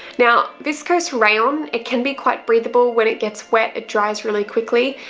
now viscose rayon, um it can be quite breathable. when it gets wet, it dries really quickly.